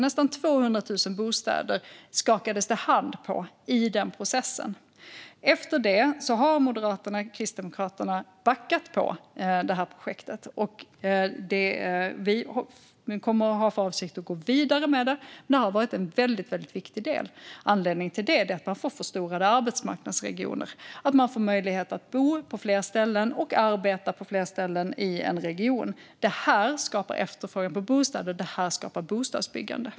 Nästan 200 000 bostäder skakade man hand på i processen. Efter detta har Moderaterna och Kristdemokraterna backat om projektet, men vi har för avsikt att gå vidare. Det har varit en viktig del. Anledningen till detta är att vi får förstorade arbetsmarknadsregioner och att man får möjlighet att bo och arbeta på fler ställen i en region. Detta skapar efterfrågan på bostäder, och det skapar bostadsbyggande.